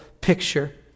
picture